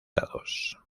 dados